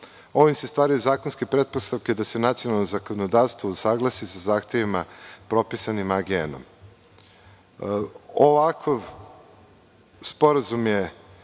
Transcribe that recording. Ovim se stvaraju zakonske pretpostavke da se nacionalno zakonodavstvo usaglasi sa zahtevima propisanim AGN-om. Ovakav sporazum je